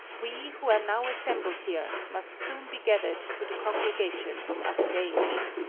we, who are now assembled here, must soon be gathered to the congregation of other days.